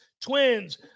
Twins